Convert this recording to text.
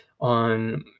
on